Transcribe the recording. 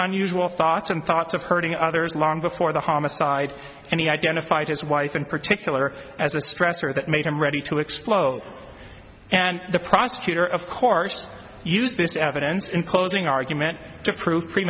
unusual thoughts and thoughts of hurting others long before the homicide and he identified his wife in particular as the stressor that made him ready to explode and the prosecutor of course used this evidence in closing argument to